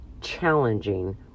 challenging